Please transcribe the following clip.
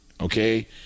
okay